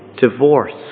divorce